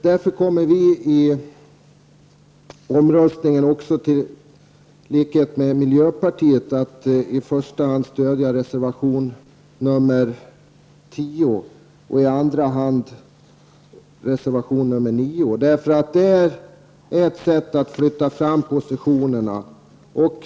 Därför kommer vi i voteringen i likhet med miljöpartiet att i första hand stödja reservation nr 10 och i andra hand reservation nr 9. Ett bifall till någon av dessa reservationer skulle vara ett sätt att flytta fram positionerna.